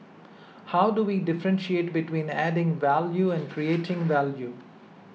how do we differentiate between adding value and creating value